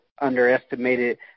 underestimated